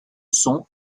son